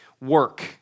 work